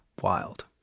wild